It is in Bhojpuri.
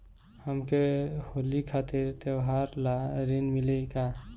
हमके होली खातिर त्योहार ला ऋण मिली का?